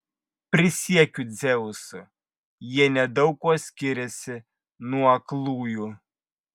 prisiekiu dzeusu jie nedaug kuo skiriasi nuo aklųjų